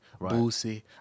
Boosie